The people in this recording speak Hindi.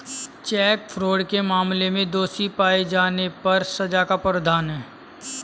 चेक फ्रॉड के मामले में दोषी पाए जाने पर सजा का प्रावधान है